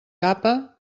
capa